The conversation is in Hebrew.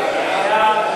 גילאון,